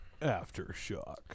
Aftershock